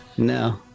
No